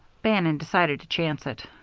bannon decided to chance it.